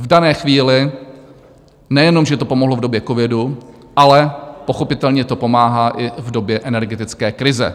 V dané chvíli nejenom že to pomohlo v době covidu, ale pochopitelně to pomáhá i v době energetické krize.